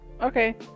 okay